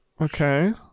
Okay